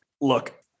Look